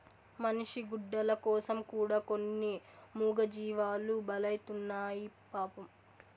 మనిషి గుడ్డల కోసం కూడా కొన్ని మూగజీవాలు బలైతున్నాయి పాపం